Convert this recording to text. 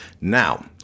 Now